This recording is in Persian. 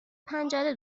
پنجره